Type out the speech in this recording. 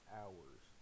hours